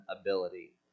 ability